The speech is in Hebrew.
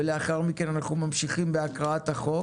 ולאחר מכן אנחנו ממשיכים בהקראת החוק,